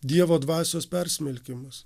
dievo dvasios persmelkimas